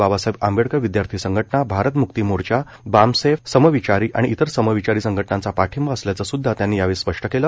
बाबासाहेब आंबेडकर विद्यार्थी संघटना भारत मुक्ती मोर्चा बामसेफ समविचारी आणि इतर समविचारी संघटनांचा पाठिंबा असल्याचं सुद्धा त्यांनी यावेळी स्पष्ट केलं